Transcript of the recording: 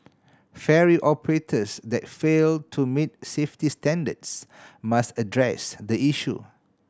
ferry operators that fail to meet safety standards must address the issue